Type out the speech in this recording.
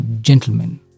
gentlemen